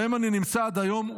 שבהם אני נמצא עד היום.